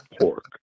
pork